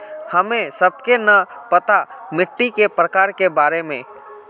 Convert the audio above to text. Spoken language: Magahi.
हमें सबके न पता मिट्टी के प्रकार के बारे में?